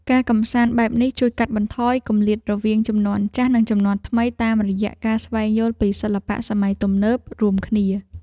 ការកម្សាន្តបែបនេះជួយកាត់បន្ថយគម្លាតរវាងជំនាន់ចាស់និងជំនាន់ថ្មីតាមរយៈការស្វែងយល់ពីសិល្បៈសម័យទំនើបរួមគ្នា។